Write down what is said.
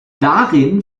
darin